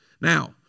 Now